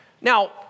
Now